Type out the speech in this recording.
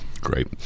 Great